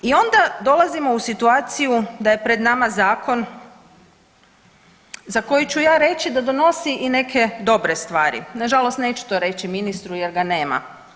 I onda dolazimo u situaciju da je pred nama Zakon za koji ću ja reći da donosi i neke dobre stvari, nažalost neću to reći ministru, jer ga nema.